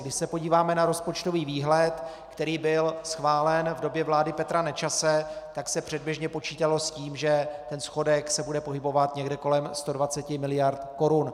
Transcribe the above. Když se podíváme na rozpočtový výhled, který byl schválen v době vlády Petra Nečase, tak se předběžně počítalo s tím, že schodek se bude pohybovat někde kolem 120 mld. korun.